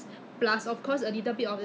so 你觉得他的 face mask 好 ha